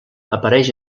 apareix